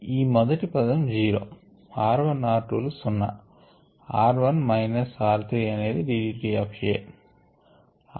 ఈ మొదటి పదం జీరో r 1 r 2 లు సున్న r 1 మైనస్ r 3 అనేది d d t of A